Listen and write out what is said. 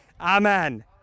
Amen